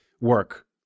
work